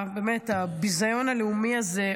הביזיון הלאומי הזה,